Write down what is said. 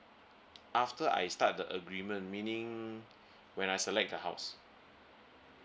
after I start the agreement meaning when I select the house